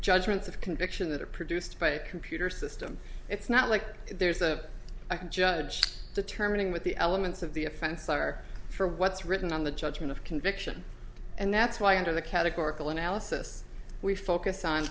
judgments of conviction that are produced by a computer system it's not like there's a i can judge determining what the elements of the offense are for what's written on the judgment of conviction and that's why under the categorical analysis we focus on